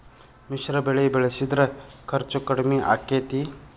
ಮಿಶ್ರ ಬೆಳಿ ಬೆಳಿಸಿದ್ರ ಖರ್ಚು ಕಡಮಿ ಆಕ್ಕೆತಿ?